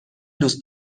دوست